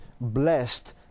blessed